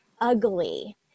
ugly